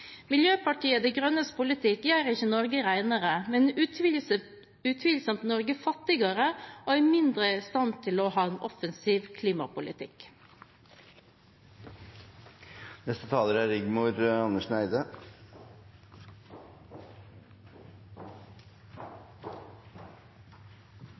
Miljøpartiet De Grønnes politikk gjør ikke Norge renere, men utvilsomt fattigere og i mindre stand til å ha en offensiv klimapolitikk.